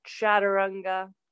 Chaturanga